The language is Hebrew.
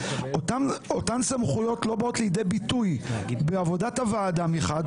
אותן סמכויות לא באות לידי ביטוי בעבודת הוועדה מחד.